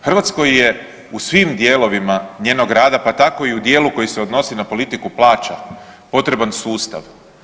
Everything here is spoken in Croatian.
Hrvatskoj je u svim dijelovima njenog rada, pa tako i u dijelu koji se odnosi na politiku plaća, potreban sustav.